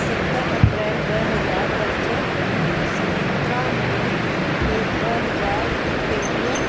सत अप्रैल ॿ हज़ार पंज सत्रहं मई टे ॿ हज़ार टेवीह